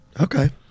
Okay